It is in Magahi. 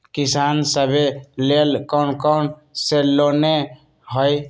किसान सवे लेल कौन कौन से लोने हई?